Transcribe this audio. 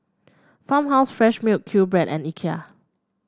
Farmhouse Fresh Milk QBread and Ikea